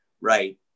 right